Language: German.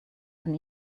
von